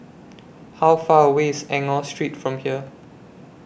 How Far away IS Enggor Street from here